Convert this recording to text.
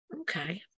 Okay